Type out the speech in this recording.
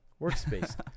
workspace